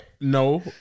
No